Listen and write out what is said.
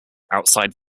outside